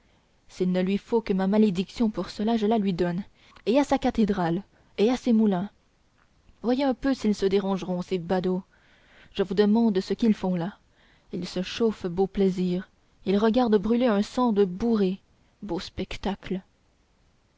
s'il ne lui faut que ma malédiction pour cela je la lui donne et à sa cathédrale et à ses moulins voyez un peu s'ils se dérangeront ces badauds je vous demande ce qu'ils font là ils se chauffent beau plaisir ils regardent brûler un cent de bourrées beau spectacle